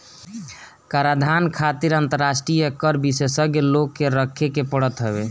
कराधान खातिर अंतरराष्ट्रीय कर विशेषज्ञ लोग के रखे के पड़त हवे